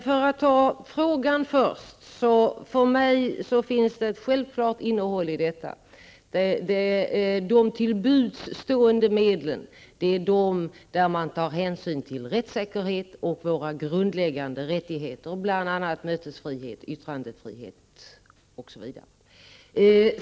Fru talman! Det finns för mig ett självklart innehåll i denna formulering. De till buds stående medlen är de medel där man tar hänsyn till rättssäkerhet och grundläggande rättigheter, bl.a. mötesfrihet och yttrandefrihet.